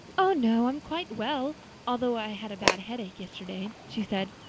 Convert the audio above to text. oh, no, i'm quite well although i had a bad headache yesterday, she said.